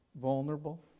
vulnerable